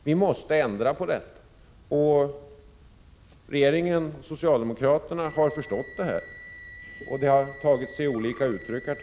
Vi måste ändra på det, vilket också regeringen och socialdemokraterna har förstått. Det har tagit sig olika uttryck.